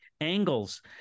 angles